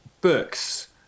books